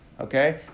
okay